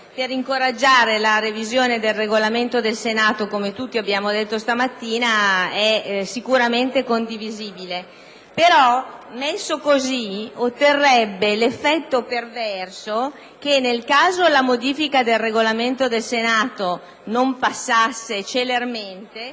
per incoraggiare la revisione del Regolamento del Senato - come abbiamo detto tutti stamattina - è sicuramente condivisibile, ma se fosse approvato così com'è, si otterrebbe l'effetto perverso che, nel caso la modifica del Regolamento del Senato non passasse celermente,